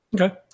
Okay